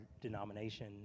denomination